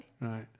Right